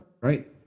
Right